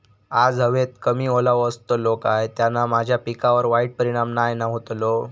आज हवेत कमी ओलावो असतलो काय त्याना माझ्या पिकावर वाईट परिणाम नाय ना व्हतलो?